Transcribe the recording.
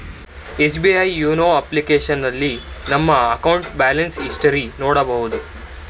SBI YONO ಅಪ್ಲಿಕೇಶನ್ನಲ್ಲಿ ನಮ್ಮ ಅಕೌಂಟ್ನ ಬ್ಯಾಲೆನ್ಸ್ ಹಿಸ್ಟರಿ ನೋಡಬೋದು